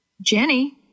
Jenny